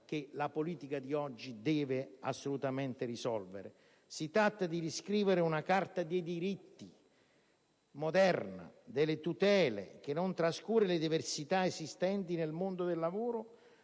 che la politica di oggi deve assolutamente risolvere. Si tratta di riscrivere una moderna Carta dei diritti e delle tutele, che non trascuri le diversità esistenti nel mondo del lavoro,